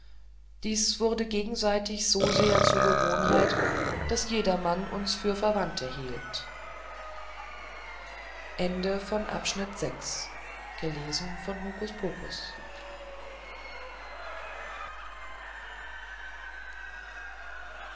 dies wurde gegenseitig so sehr zur gewohnheit daß jedermann uns für verwandte hielt